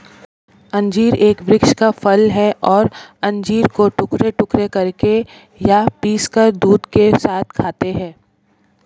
अंजीर एक वृक्ष का फल है और अंजीर को टुकड़े टुकड़े करके या पीसकर दूध के साथ खाते हैं